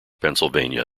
pennsylvania